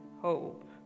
hope